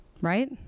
right